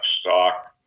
stock